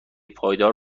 پایدار